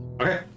Okay